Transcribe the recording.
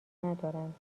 ندارند